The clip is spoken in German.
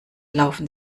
laufen